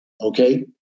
Okay